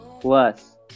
Plus